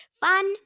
Fun